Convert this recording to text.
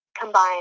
combine